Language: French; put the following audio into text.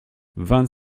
vingt